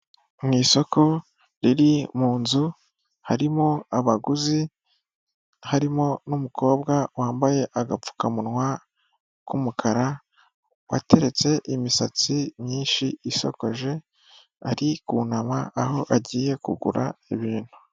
Mu isoko riri mu nzu harimo abaguzi, harimo n'umukobwa wambaye agapfukamunwa k'umukara wateretse imisatsi myinshi isokoje ari kunama aho agiye kugura ibintu.